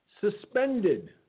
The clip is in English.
suspended